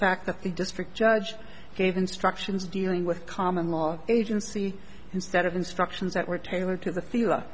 fact that the district judge gave instructions dealing with common law agency instead of instructions that were tailored to the feeler